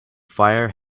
fire